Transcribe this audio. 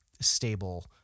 stable